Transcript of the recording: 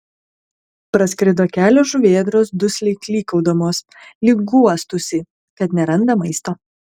praskrido kelios žuvėdros dusliai klykaudamos lyg guostųsi kad neranda maisto